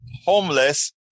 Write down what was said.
homeless